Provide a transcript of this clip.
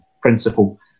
principle